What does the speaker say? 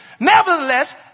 Nevertheless